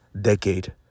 decade